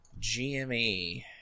GME